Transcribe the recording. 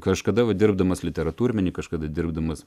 kažkada vat dirbdamas litermatūrminį kažkada dirbdamas